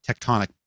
tectonic